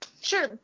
Sure